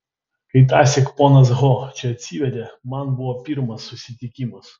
kai tąsyk ponas ho čia atsivedė man buvo pirmas susitikimas